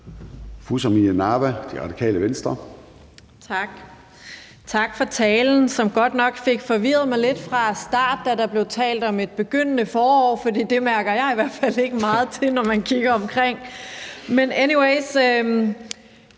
Samira Nawa (RV): Tak, og tak for talen, som godt nok fik forvirret mig lidt i starten, da der blev talt om et begyndende forår. For det mærker jeg i hvert fald ikke meget til, når jeg kigger mig omkring. Men der